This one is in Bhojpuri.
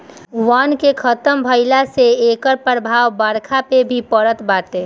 वन के खतम भइला से एकर प्रभाव बरखा पे भी पड़त बाटे